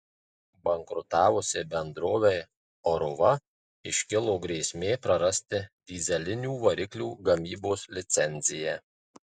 bankrutavusiai bendrovei oruva iškilo grėsmė prarasti dyzelinių variklių gamybos licenciją